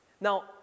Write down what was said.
Now